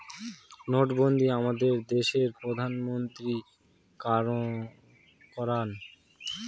নোটবন্ধী আমাদের দেশের প্রধানমন্ত্রী করান